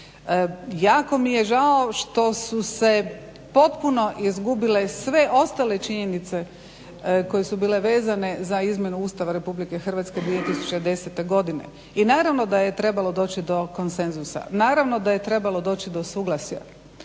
Jako mi je žao što su se potpuno izgubile sve ostale činjenice koje su bile vezane za izmjenu Ustava RH 2010.godine i naravno da je trebalo doći do konsenzusa, naravno da je trebalo doći do suglasja.